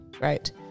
right